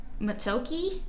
Matoki